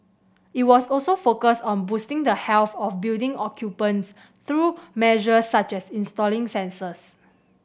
it will also focus on boosting the health of building occupants through measures such as installing sensors